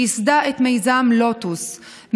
שייסדה את מיזם לוטוס,